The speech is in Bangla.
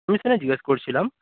আমি সেটা জিজ্ঞেস করছিলাম